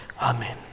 Amen